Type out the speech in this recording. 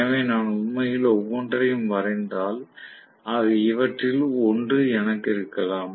எனவே நான் உண்மையில் ஒவ்வொன்றையும் வரைந்தால் இவற்றில் ஒன்று எனக்கு இருக்கலாம்